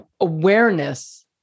awareness